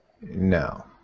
No